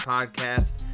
Podcast